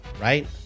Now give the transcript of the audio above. right